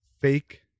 fake